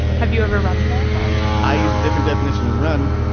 have you ever run the marathon? i use a different definition to run.